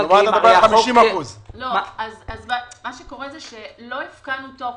כלומר בערך 50%. לא הפקענו תוקף,